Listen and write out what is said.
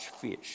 fish